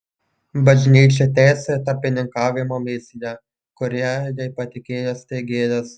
bažnyčia tęsia tarpininkavimo misiją kurią jai patikėjo steigėjas